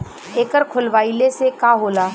एकर खोलवाइले से का होला?